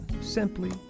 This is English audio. Simply